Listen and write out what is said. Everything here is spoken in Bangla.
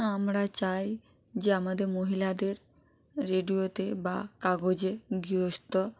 আমরা চাই যে আমাদের মহিলাদের রেডিওতে বা কাগজে গৃহস্থ